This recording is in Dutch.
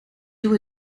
doe